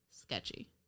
sketchy